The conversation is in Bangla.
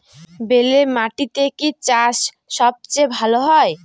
বেলে মাটিতে কি চাষ সবচেয়ে ভালো হয়?